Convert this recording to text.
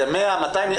זה 100, 200?